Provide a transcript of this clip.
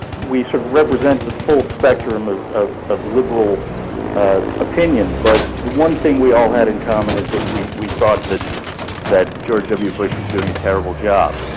we sort of represent the full spectrum of of liberal opinion, but the one thing we all had in common is that we we thought that that george w. bush was doing a terrible job.